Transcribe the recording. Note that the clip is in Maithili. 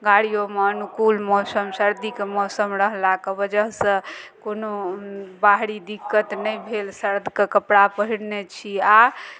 गाड़िओमे अनुकूल मौसम सर्दीके मौसम रहलाक वजहसँ कोनो बाहरी दिक्कत नहि भेल सर्दके कपड़ा पहिरने छी आ